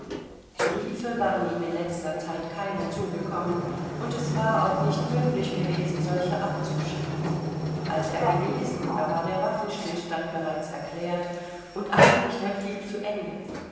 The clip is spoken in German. briefe waren ihm in letzter zeit keine zugekommen und es war auch nicht möglich gewesen solche abzuschicken als er genesen da war der waffenstillstand bereits erklärt und eigentlich der krieg zu ende